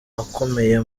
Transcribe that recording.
akomeye